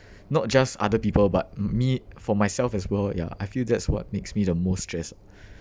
not just other people but m~ me for myself as well ya I feel that's what makes me the most stressed